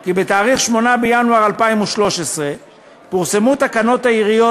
כי בתאריך 8 בינואר 2013 פורסמו תקנות העיריות